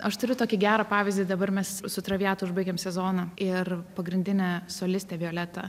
aš turiu tokį gerą pavyzdį dabar mes su traviata užbaigėm sezoną ir pagrindinė solistė violeta